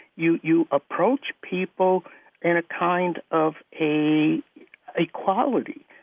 you you approach people in a kind of a a quality.